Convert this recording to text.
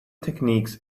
techniques